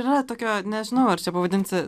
yra tokia nežinau ar čia pavadinsi